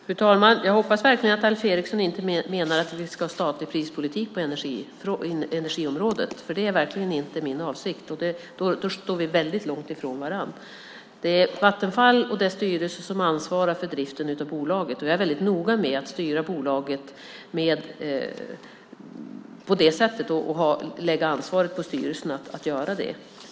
Fru talman! Jag hoppas verkligen att Alf Eriksson inte menar att vi ska ha statlig prispolitik på energiområdet, för det är verkligen inte min avsikt. Menar han det står vi väldigt långt ifrån varandra. Det är Vattenfall och dess styrelse som ansvarar för driften av bolaget. Jag är väldigt noga med att styra bolaget på det sättet och lägga ansvaret på styrelsen.